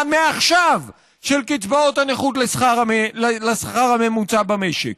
מעכשיו של קצבאות הנכות לשכר הממוצע במשק.